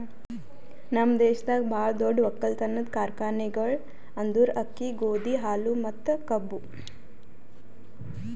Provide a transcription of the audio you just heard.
ನಮ್ ದೇಶದಾಗ್ ಭಾಳ ದೊಡ್ಡ ಒಕ್ಕಲತನದ್ ಕಾರ್ಖಾನೆಗೊಳ್ ಅಂದುರ್ ಅಕ್ಕಿ, ಗೋದಿ, ಹಾಲು ಮತ್ತ ಕಬ್ಬು